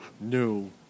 No